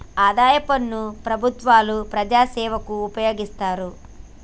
ఆదాయ పన్ను ప్రభుత్వాలు ప్రజాసేవకు ఉపయోగిస్తారు